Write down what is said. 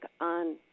on